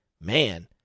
man